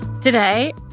today